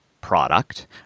product